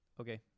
okay